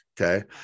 Okay